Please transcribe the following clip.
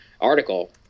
article